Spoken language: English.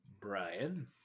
Brian